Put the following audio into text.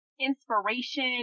inspiration